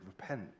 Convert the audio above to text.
repent